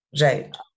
right